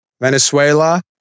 Venezuela